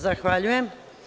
Zahvaljujem.